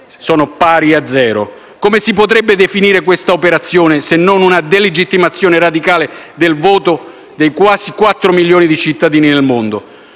pari allo zero. Come si potrebbe definire questa operazione, se non una delegittimazione radicale del voto di quasi 4 milioni di cittadini nel mondo?